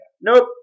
nope